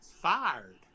fired